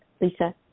Lisa